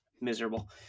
miserable